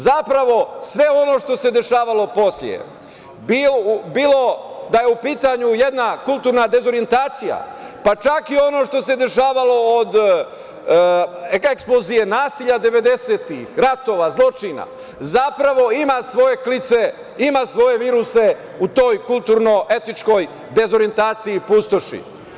Zapravo, sve ono što se dešavalo posle, bilo da je u pitanju jedna kulturna dezorijentacija, pa čak i ono što se dešavalo od eksplozije nasilja 90-ih, ratova, zločina, zapravo ima svoje klice, ima svoje viruse u toj kulturno-etičkoj dezorijentaciji i pustoši.